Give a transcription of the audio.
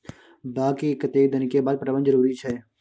बाग के कतेक दिन के बाद पटवन जरूरी छै?